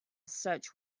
such